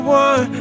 one